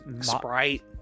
Sprite